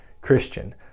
Christian